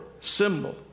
symbol